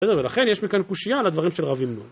בסדר, ולכן יש מכאן קושייה על הדברים של רב מנימין(?).